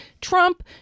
trump